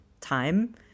time